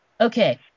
Okay